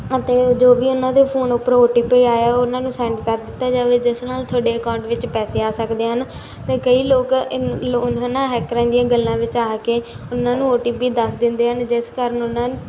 ਅਤੇ ਜੋ ਵੀ ਉਹਨਾਂ ਦੇ ਫੋਨ ਉੱਪਰ ਓ ਟੀ ਪੀ ਆਇਆ ਉਹ ਉਹਨਾਂ ਨੂੰ ਸੈਂਡ ਕਰ ਦਿੱਤਾ ਜਾਵੇ ਜਿਸ ਨਾਲ ਤੁਹਾਡੇ ਅਕਾਊਂਟ ਵਿੱਚ ਪੈਸੇ ਆ ਸਕਦੇ ਹਨ ਅਤੇ ਕਈ ਲੋਕ ਉਹਨਾ ਹੈਕਰਾਂ ਦੀਆਂ ਗੱਲਾਂ ਵਿੱਚ ਆ ਕੇ ਉਹਨਾਂ ਨੂੰ ਓ ਟੀ ਪੀ ਦੱਸ ਦਿੰਦੇ ਹਨ ਜਿਸ ਕਾਰਣ ਉਹਨਾਂ